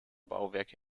bauwerke